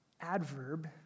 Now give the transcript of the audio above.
adverb